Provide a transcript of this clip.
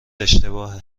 اشتباهه